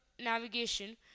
navigation